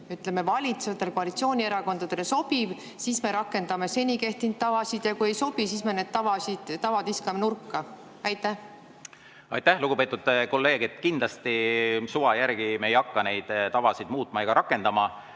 ütleme, valitsejatele, koalitsioonierakondadele see sobiv, siis me rakendame seni kehtinud tavasid, ja kui neile ei sobi, siis me need tavad viskame nurka. Aitäh, lugupeetud kolleeg! Kindlasti, suva järgi ei hakka me neid tavasid muutma ega rakendama.